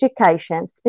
education